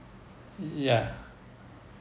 y~ ya